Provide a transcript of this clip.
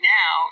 now